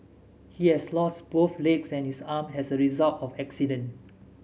he lost both legs and his arm as a result of the accident